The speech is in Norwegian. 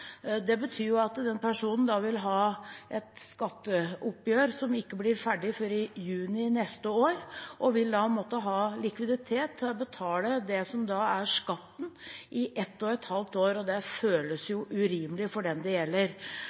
Det betyr at den personen da vil ha et skatteoppgjør som ikke blir ferdig før i juni neste år, og vil måtte ha likviditet til å betale det som da er skatten, i et og et halvt år. Det føles jo urimelig for den det gjelder.